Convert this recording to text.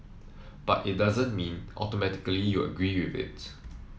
but it doesn't mean automatically you agree with it